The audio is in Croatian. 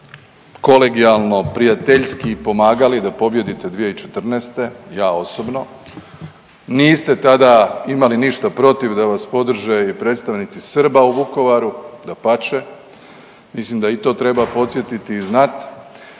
kolegijalno, prijateljski pomagali da pobijedite 2014., ja osobno, niste tada imali ništa protiv da vas podrže i predstavnici Srba u Vukovaru, dapače, mislim da i to treba podsjetiti i znati